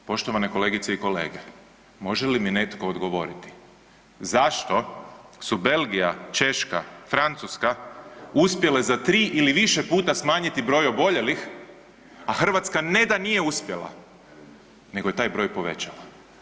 Poštovane kolegice i kolege, može li mi netko odgovoriti zašto su Belgija, Češka, Francuska uspjele za tri ili više puta smanjiti broj oboljelih, a Hrvatska ne da nije uspjela, nego je taj broj povećan?